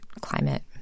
climate